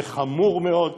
זה חמור מאוד,